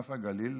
מנוף הגליל,